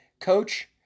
coach